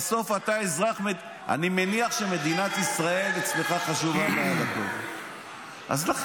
--- אני מניח שמדינת ישראל חשובה מעל הכול אצלך.